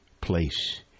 place